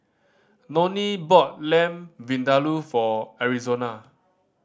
Nonie bought Lamb Vindaloo for Arizona